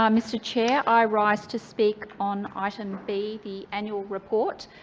um mr chair. i rise to speak on item b, the annual report.